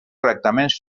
tractaments